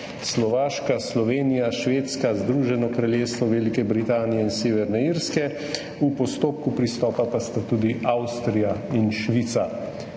Romunija, Slovaška, Švedska, Združeno kraljestvo Velike Britanije in Severne Irske. V postopku pristopa pa sta tudi Avstrija in Švica.